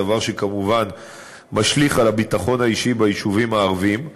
דבר שכמובן משליך על הביטחון האישי ביישובים הערביים ובכלל.